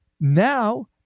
now